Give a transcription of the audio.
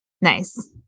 Nice